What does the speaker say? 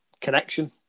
connection